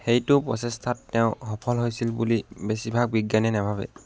সেইটো প্ৰচেষ্টাত তেওঁ সফল হৈছিল বুলি বেছিভাগ বিজ্ঞানীয়ে নাভাবে